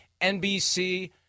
NBC